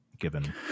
given